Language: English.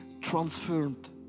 transformed